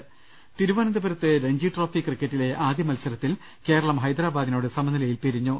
് തിരുവനന്തപുരത്ത് രഞ്ജിട്രോഫി ക്രിക്കറ്റിലെ ആദ്യ മത്സരത്തിൽ കേര ളം ഹൈദരാബാദിനോട് സമനിലയിൽ പിരിഞ്ഞു